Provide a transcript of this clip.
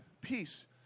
peace